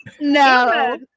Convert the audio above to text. No